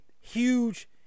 huge